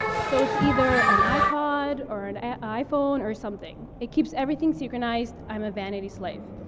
so it's either an ipod, or an a iphone, or something. it keeps everything synchronized. i'm a vanity slave.